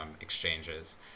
exchanges